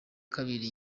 kabiri